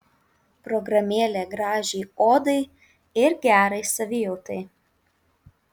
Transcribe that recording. programėlė gražiai odai ir gerai savijautai